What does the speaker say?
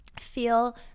feel